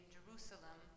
Jerusalem